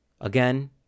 Again